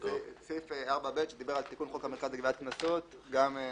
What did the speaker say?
סעיף 4ב שדיבר על תיקון חוק המרכז לגביית קנסות נמחק.